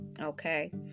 Okay